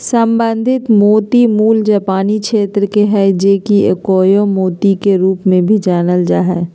संवर्धित मोती मूल जापानी क्षेत्र के हइ जे कि अकोया मोती के रूप में भी जानल जा हइ